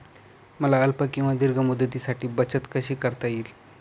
मला अल्प किंवा दीर्घ मुदतीसाठी बचत कशी करता येईल?